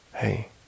hey